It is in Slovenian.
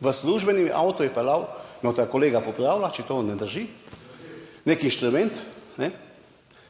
V službenem avtu je peljal, me bosta kolega popravila, če to ne drži, nek inštrument,